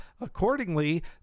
Accordingly